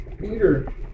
Peter